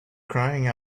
crying